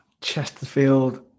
Chesterfield